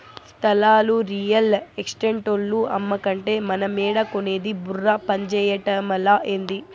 స్థలాలు రియల్ ఎస్టేటోల్లు అమ్మకంటే మనమేడ కొనేది బుర్ర పంజేయటమలా, ఏంది